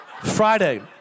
Friday